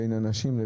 בין אנשים.